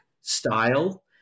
style